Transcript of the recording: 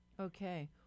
Okay